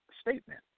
statement